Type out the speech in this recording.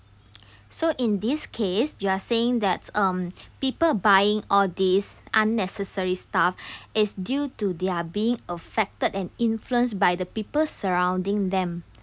so in this case you are saying that um people buying all these unnecessary stuff is due to their being affected and influenced by the people surrounding them